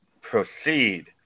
proceed